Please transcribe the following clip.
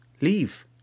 Leave